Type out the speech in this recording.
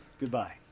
Goodbye